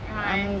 !hais!